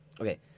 Okay